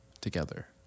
together